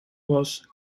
was